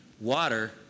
Water